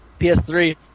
PS3